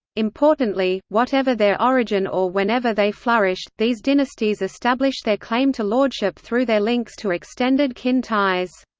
importantly, whatever their origin or whenever they flourished, these dynasties established their claim to lordship through their links to extended kin ties.